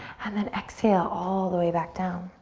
and then exhale all the way back down.